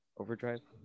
overdrive